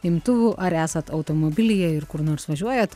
imtuvų ar esat automobilyje ir kur nors važiuojat